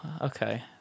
Okay